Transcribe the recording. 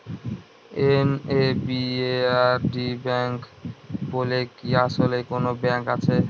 NABARD bank বলে কি আসলেই কোনো ব্যাংক আছে?